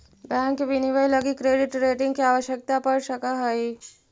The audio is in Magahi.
बैंक विनियमन लगी क्रेडिट रेटिंग के आवश्यकता पड़ सकऽ हइ